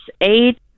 eight